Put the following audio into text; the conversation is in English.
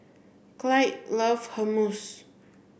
Clyde loves Hummus